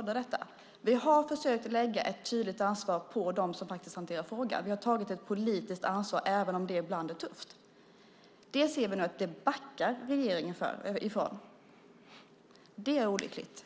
i detta. Vi har försökt att lägga ett tydligt ansvar på dem som faktiskt hanterar frågan. Vi har tagit ett politiskt ansvar även om det ibland är tufft. Nu ser vi att regeringen nu backar från det. Det är olyckligt.